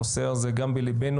הנושא הזה גם בליבנו.